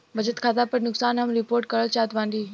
बचत खाता पर नुकसान हम रिपोर्ट करल चाहत बाटी